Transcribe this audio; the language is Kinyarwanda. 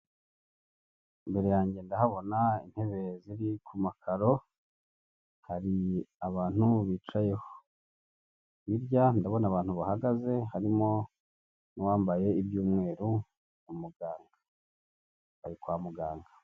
Imbere yanjye ndahabona intebe ziri ku makaro hari abantu bicayeho, hirya ndabona abantu bahagaze harimo n'uwambaye iby'umweru muganga bari kwa muganga.